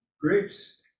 Grapes